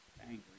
angry